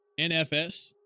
nfs